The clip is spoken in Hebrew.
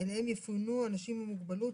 אליהם יפונו אנשים עם מוגבלות,